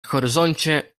horyzoncie